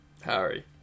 Harry